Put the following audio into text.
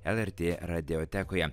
lrt radiotekoje